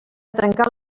trencar